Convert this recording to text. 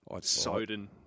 Soden